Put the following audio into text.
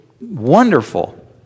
wonderful